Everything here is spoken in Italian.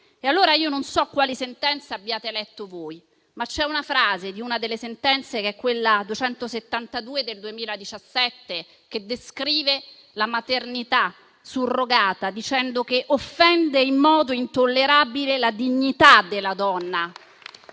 Non so quali sentenza abbiate letto voi, ma c'è una frase di una delle sentenze, la n. 272 del 2017, che descrive la maternità surrogata e dice che «offende in modo intollerabile la dignità della donna